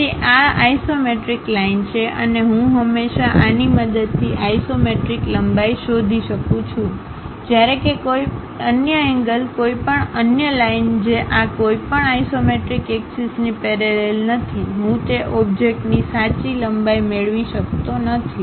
તેથી આ isometric line છે અને હું હંમેશા આ ની મદદથી આઇસોમેટ્રિક લંબાઈ શોધી શકું છું જ્યારે કે કોઈ અન્ય એંગલ કોઈપણ અન્ય લાઇન જે આ કોઈપણ આઇસોમેટ્રિક એક્સિસ ની પેરેલલ નથી હું તે ઓબ્જેક્ટની સાચી લંબાઈ મેળવી શકતો નથી